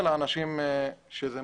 זה גורם נזק לאנשים אליהם זה מגיע.